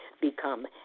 become